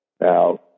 Now